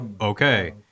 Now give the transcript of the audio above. Okay